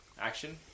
Action